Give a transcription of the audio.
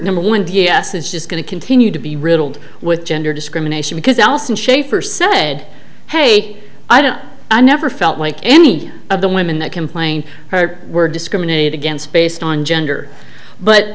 number one d s is just going to continue to be riddled with gender discrimination because allison shaffer said hey i don't i never felt like any of the women that complained her were discriminated against based on gender but